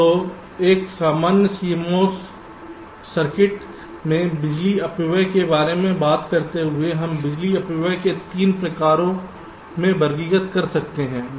तो एक सामान्य CMOS सर्किट में बिजली अपव्यय के बारे में बात करते हुए हम बिजली अपव्यय को 3 प्रकारों में वर्गीकृत कर सकते हैं